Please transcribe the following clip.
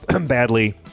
badly